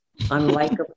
unlikable